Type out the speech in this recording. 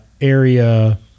area